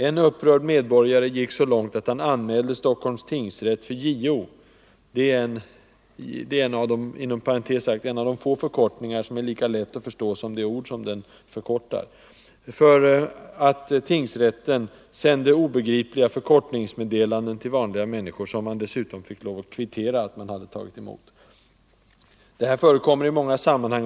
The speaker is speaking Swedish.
En upprörd medborgare gick så långt att han anmälde Stockholms tingsrätt för JO — en av de få förkortningar som är lika lätta att förstå som det de förkortar — för att tingsrätten sänder obegripliga förkortningsmeddelanden till vanliga människor, meddelanden som man dessutom får lov att kvittera.